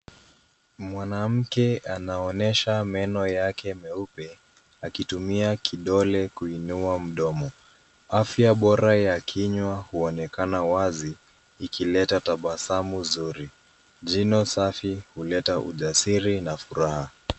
Mwanamke anaonyesha meno yake meupe akitumia kidole kuinua mdomo. Afya bora ya kinywa huonekana wazi ikileta tabasamu nzuri. Jino safi huleta ujasiri na furaha.